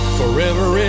forever